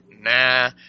Nah